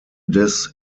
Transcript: des